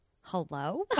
Hello